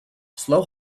slow